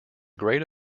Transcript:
great